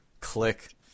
Click